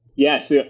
Yes